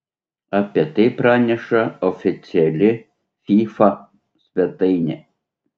apie tai praneša oficiali fifa svetainė